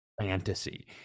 fantasy